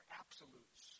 absolutes